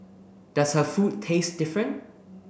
does her food taste different